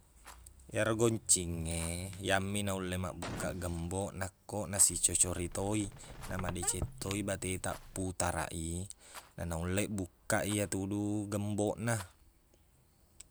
Iyaro goncing e, iyammi naulle mabbukkaq gembok nakko nasicocok ri to i, namadeceng to i batetaq putaraq i, na naulle bukkaq i iyatudu gembokna.